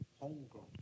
Homegrown